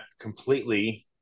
completely